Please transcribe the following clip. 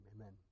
amen